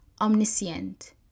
omniscient